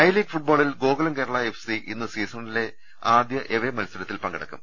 I league ഫുട്ബാളിൽ Gokulam Kerala F C ഇന്ന് സീസണിലെ ആദ്യ എവേ മത്സരത്തിൽ പങ്കെടുക്കും